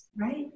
Right